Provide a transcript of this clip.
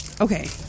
Okay